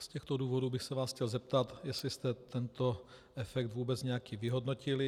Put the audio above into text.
Z těchto důvodů bych se vás chtěl zeptat, jestli jste tento efekt vůbec nějaký vyhodnotili.